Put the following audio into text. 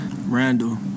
Randall